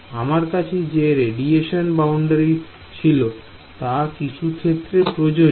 আমার কাছে যে রেডিয়েশন বাউন্ডারি ছিল তা কিছু ক্ষেত্রে প্রযোজ্য